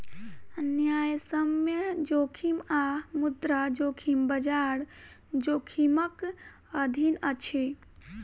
न्यायसम्य जोखिम आ मुद्रा जोखिम, बजार जोखिमक अधीन अछि